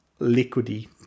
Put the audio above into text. liquidy